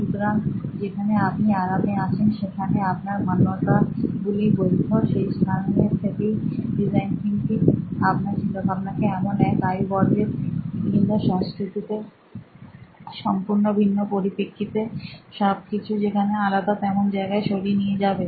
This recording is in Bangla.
সুতরাং যেখানে আপনি আরামে আছেন যেখানে আপনার মান্যতা গুলি বৈধ সেই স্থান থেকে ডিজাইন থিঙ্কিং আপনার চিন্তাভাবনাকে এমন এক আয়ু বর্গের ভিন্ন সংস্কৃতিতে সম্পূর্ণ ভিন্ন পরিপ্রেক্ষিতে সবকিছু যেখানে আলাদা তেমন জায়গায় সরিয়ে নিয়ে যাবে